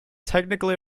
technically